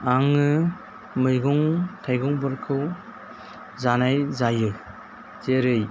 आङो मैगं थाइगंफोरखौ जानाय जायो जेरै